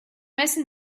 messen